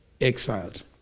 exiled